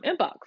inbox